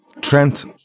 Trent